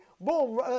Boom